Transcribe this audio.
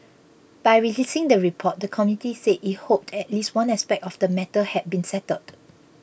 by releasing the report the committee said it hoped at least one aspect of the matter had been settled